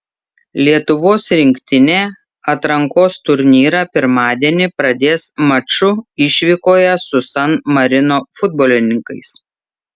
lietuvos rinktinė atrankos turnyrą pirmadienį pradės maču išvykoje su san marino futbolininkais